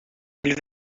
ils